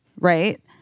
right